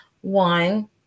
one